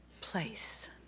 place